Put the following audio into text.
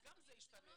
אז גם זה ישתנה.